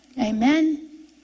Amen